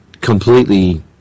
completely